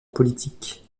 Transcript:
politique